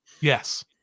Yes